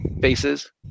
faces